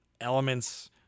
elements